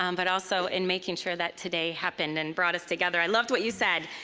um but also in making sure that today happened and brought us together. i loved what you said.